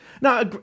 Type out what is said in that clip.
now